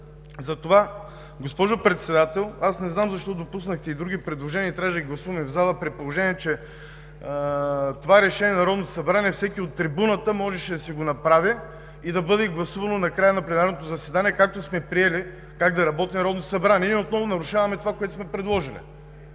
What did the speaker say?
Затова, госпожо Председател, не знам защо допуснахте и други предложения и трябва да ги гласуваме в залата, при положение че това решение на Народното събрание, всеки от трибуната можеше да си го направи и да бъде гласувано на края на пленарното заседание, както сме приели да работи Народното събрание?! Ние отново нарушаваме това, което сме предложили.